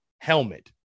helmet